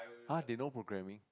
!huh! they know programming